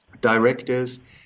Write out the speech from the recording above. directors